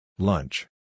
Lunch